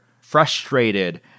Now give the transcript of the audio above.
frustrated